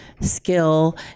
skill